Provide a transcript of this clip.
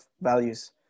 values